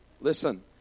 Listen